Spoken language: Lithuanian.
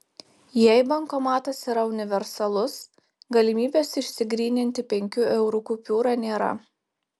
jei bankomatas yra universalus galimybės išsigryninti penkių eurų kupiūrą nėra